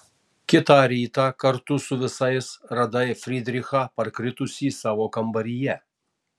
kitą rytą kartu su visais radai frydrichą parkritusį savo kambaryje